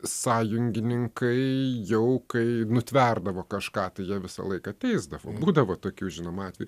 sąjungininkai jau kai nutverdavo kažką tai jie visą laiką teisdavo būdavo tokių žinomų atvejų